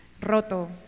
roto